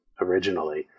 originally